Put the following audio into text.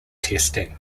testing